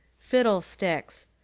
fiddlesticks!